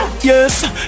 yes